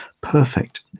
perfect